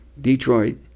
Detroit